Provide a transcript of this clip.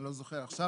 אני לא זוכר עכשיו,